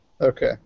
Okay